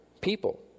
people